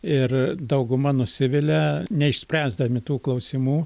ir dauguma nusivilia neišspręsdami tų klausimų